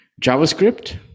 JavaScript